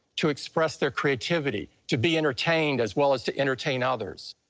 to express their creativity, to be entertained as well as to entertain others.